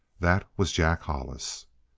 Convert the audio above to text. that was jack hollis.